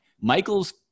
Michael's